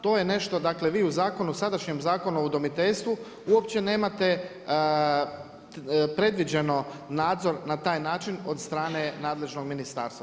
To je nešto, dakle vi u zakonu, sadašnjem Zakonu o udomiteljstvu uopće nemate predviđeno nadzor na taj način od strane nadležnog ministarstva.